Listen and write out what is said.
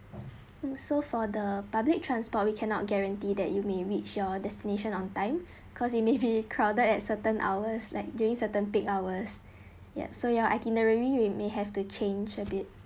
so for the public transport we cannot guarantee that you may reach your destination on time cause you may be crowded at certain hours like during certain peak hours yup so your itinerary we may have to change a bit